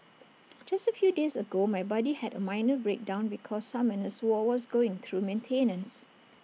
just A few days ago my buddy had A minor breakdown because Summoners war was going through maintenance